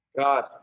God